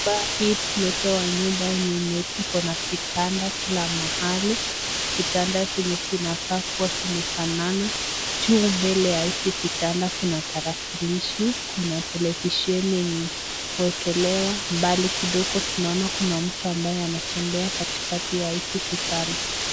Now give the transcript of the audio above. Nyumba hii tumepewa nyumba iko na vitanda kila mahali. Vitanda zenye zinakaa kua vimefanana. Juu mbele ya hii kitanda kuna tarakilishi, kuna televisheni yenye imeekelewa mbali kidogo. Tunaona kuna mtu ambaye anatembea katikati ya hizi vitanda.